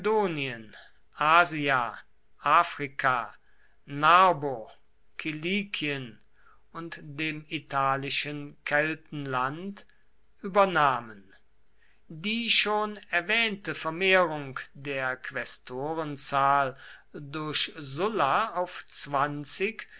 asia africa narbo kilikien und dem italischen keltenland übernahmen die schon erwähnte vermehrung der quästorenzahl durch sulla auf zwanzig